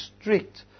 strict